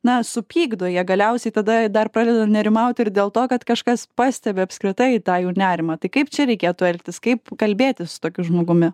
na supykdo jie galiausiai tada dar pradeda nerimauti ir dėl to kad kažkas pastebi apskritai tą jų nerimą tai kaip čia reikėtų elgtis kaip kalbėtis su tokiu žmogumi